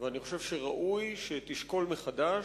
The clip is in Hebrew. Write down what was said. ואני חושב שראוי שתשקול מחדש,